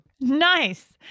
Nice